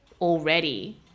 already